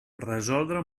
resoldre